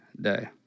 day